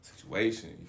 situation